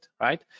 right